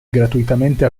gratuitamente